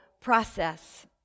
process